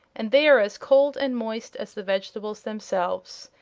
and they are as cold and moist as the vegetables themselves.